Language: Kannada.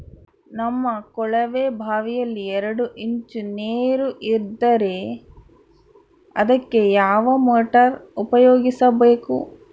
ನಮ್ಮ ಕೊಳವೆಬಾವಿಯಲ್ಲಿ ಎರಡು ಇಂಚು ನೇರು ಇದ್ದರೆ ಅದಕ್ಕೆ ಯಾವ ಮೋಟಾರ್ ಉಪಯೋಗಿಸಬೇಕು?